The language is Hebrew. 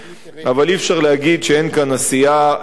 אבל אי-אפשר להגיד שאין כאן עשייה חברתית,